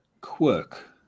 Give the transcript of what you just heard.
quirk